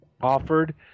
offered